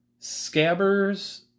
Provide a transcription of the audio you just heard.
Scabbers